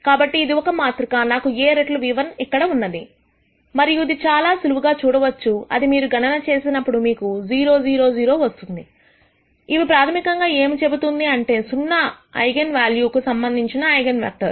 కాబట్టి ఇది ఒక మాతృకనాకు a రెట్లు v1 ఇక్కడ ఉన్నది మరియు ఇది చాలా సులువుగా చూడవచ్చు అది మీరు ఈ గణన చేసినప్పుడు మీకు 0 0 0 వస్తుంది ఇవి ప్రాథమికంగా ఏమి చెబుతుంది అంటే ఇది సున్నా ఐగన్ వాల్యూ కు సంబంధించిన ఐగన్ వెక్టర్